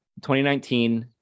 2019